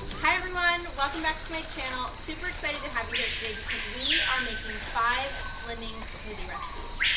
hi everyone! welcome back to my channel, super excited to have you here today because we are making five slimming smoothie recipes.